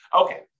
Okay